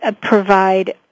provide